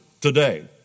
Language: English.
today